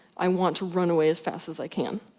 i want to run away as fast as i can.